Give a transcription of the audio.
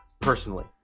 personally